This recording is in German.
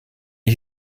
ich